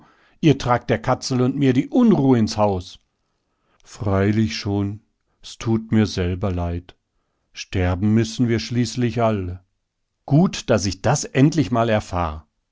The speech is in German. ihr tragt der katzel und mir die unruh ins haus freilich schon s tut mir selber leid sterben müssen wir schließlich alle gut daß ich das endlich mal erfahr